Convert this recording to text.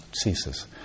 ceases